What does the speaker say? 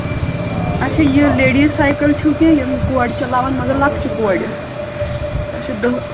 اَچھا یہِ ladies cycle چھُو کیٚنٛہہ یِم کورِ چلاوَن مَگر لۄکچہِ کورِ سۄ چھِ دَہ